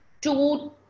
Two